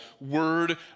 word